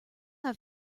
have